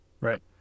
Right